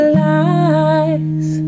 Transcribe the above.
lies